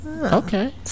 okay